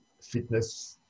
fitness